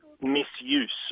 misuse